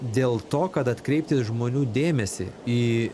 dėl to kad atkreipti žmonių dėmesį į